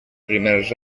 primers